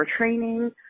training